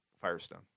Firestone